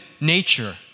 nature